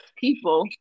people